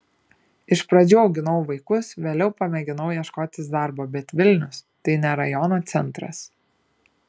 iš pradžių auginau vaikus vėliau pamėginau ieškotis darbo bet vilnius tai ne rajono centras